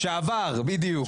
אה, עוד דיון?